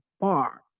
bar